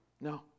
No